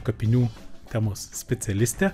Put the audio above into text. kapinių temos specialistė